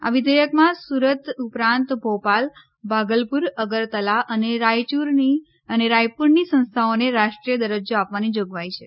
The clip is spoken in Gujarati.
આ વિઘેયકમાં સુરત ઉપરાંત ભોપાલ ભાગલપુર અગરતલા અને રાયયુરની સંસ્થાઓને રાષ્ટ્રીય દરજ્જો આપવાની જોગવાઇ છે